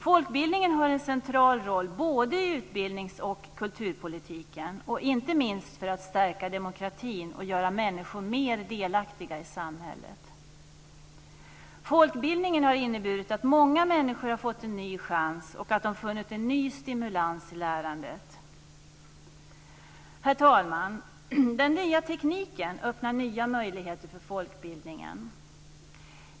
Folkbildningen har en central roll både i utbildnings och kulturpolitiken, inte minst för att stärka demokratin och göra människor mer delaktiga i samhället. Folkbildningen har inneburit att många människor har fått en ny chans och att de har funnit en ny stimulans i lärandet. Herr talman! Den nya tekniken öppnar nya möjligheter för folkbildningen.